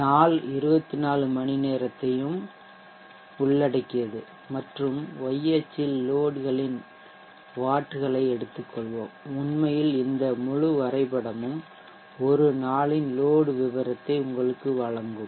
நாள் 24 மணிநேரத்தையும் உள்ளடக்கியது மற்றும் y அச்சில் லோட்களின் வாட்களை எடுத்துக்கொள்வோம் உண்மையில் இந்த முழு வரைபடமும் முழு நாளின் லோட் விவரத்தை உங்களுக்கு வழங்கும்